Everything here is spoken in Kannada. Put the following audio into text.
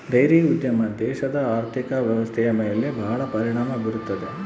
ಡೈರಿ ಉದ್ಯಮ ದೇಶದ ಆರ್ಥಿಕ ವ್ವ್ಯವಸ್ಥೆಯ ಮೇಲೆ ಬಹಳ ಪರಿಣಾಮ ಬೀರುತ್ತದೆ